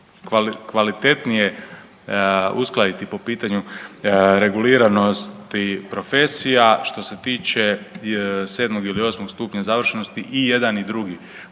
kvalitetnije uskladiti po pitanju reguliranosti profesija što se tiče sedmog ili osmog stupnja završenosti i jedan i drugi